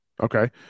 Okay